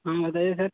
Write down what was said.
हाँ बताइए सर